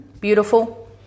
beautiful